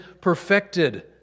perfected